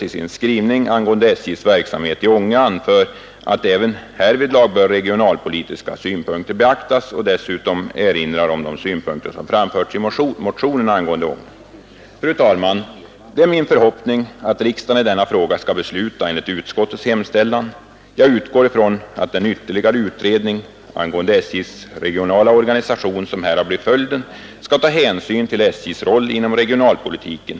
I sin skrivning angående SJ:s verksamhet i Ånge anför man, att även härvidlag bör regionalpolitiska synpunkter beaktas, och dessutom erinrar man om de synpunkter som framförts i motionerna angående Ånge. Fru talman! Det är min förhoppning att riksdagen i denna fråga skall besluta enligt utskottets hemställan. Jag utgår från att den ytterligare utredning angående SJ:s regionala organisation som blir följden härav skall ta hänsyn till SJ:s roll inom regionalpolitiken.